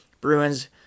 Bruins